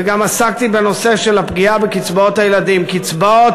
וגם עסקתי בנושא של הפגיעה בקצבאות הילדים: קצבאות